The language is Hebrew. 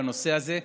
בנושא הזה.